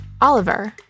Oliver